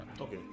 Okay